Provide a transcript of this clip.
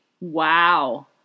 Wow